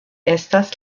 estas